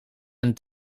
een